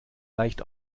leicht